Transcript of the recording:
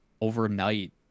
overnight